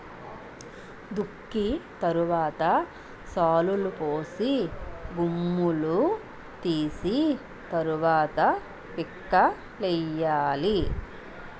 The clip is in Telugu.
దుక్కి తరవాత శాలులుపోసి గుమ్ములూ తీసి తరవాత పిక్కలేయ్యాలి